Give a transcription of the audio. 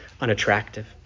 unattractive